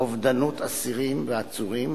אובדנות אסירים ועצורים